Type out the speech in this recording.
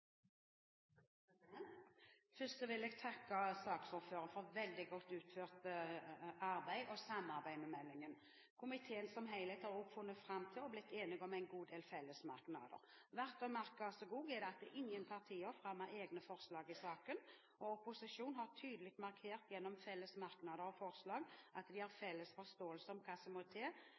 gå. Først vil jeg takke saksordføreren for veldig godt utført arbeid og samarbeid om meldingen. Komiteen som helhet har funnet fram til og blitt enige om en god del fellesmerknader. Verdt å merke seg er at ingen partier fremmer egne forslag i saken, og opposisjonen har tydelig markert gjennom felles merknader og forslag at de har felles forståelse for hva som må til